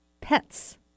pets